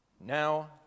Now